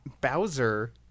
Bowser